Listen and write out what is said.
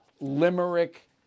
Limerick